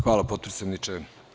Hvala, potpredsedniče.